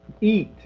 eat